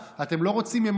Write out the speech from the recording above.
אתם רוצים שקט, חברי הממשלה?